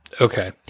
Okay